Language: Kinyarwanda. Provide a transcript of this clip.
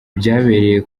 byabereye